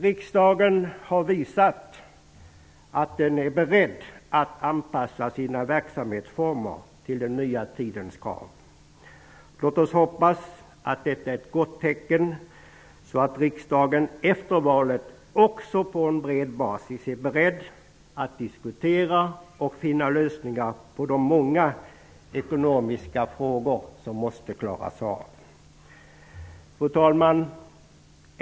Riksdagen har visat att den är beredd att anpassa sina verksamhetsformer till den nya tidens krav. Låt oss hoppas att detta är ett gott tecken så att riksdagen efter valet också på en bred basis är beredd att diskutera och finna lösningar på de många ekonomiska frågor som måste klaras av. Fru talman!